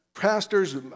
pastors